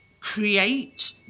create